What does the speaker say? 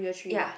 ya